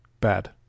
Bad